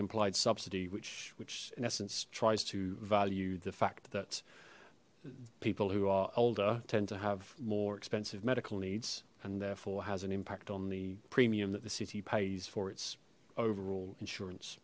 implied subsidy which which in essence tries to value the fact that people who are older tend to have more expensive medical needs and therefore has an impact on the premium that the city pays for its overall insurance